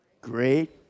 Great